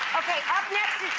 okay up next